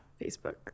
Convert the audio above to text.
Facebook